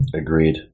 Agreed